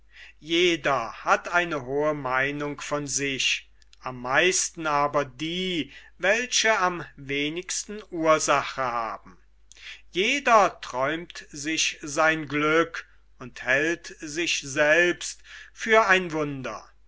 jeder hat eine hohe meinung von sich am meisten aber die welche am wenigsten ursache haben jeder träumt sich sein glück und hält sich für ein wunder